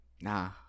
Nah